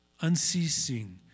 Unceasing